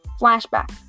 Flashback